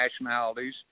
nationalities